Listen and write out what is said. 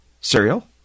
cereal